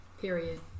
Period